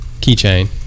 keychain